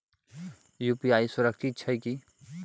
UPI सुरक्षित छै की?